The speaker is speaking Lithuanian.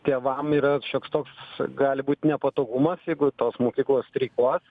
tėvam yra šioks toks gali būt nepatogumas jeigu tos mokyklos streikuos